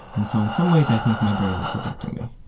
and so in some ways i think my brain was protecting me.